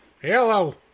Hello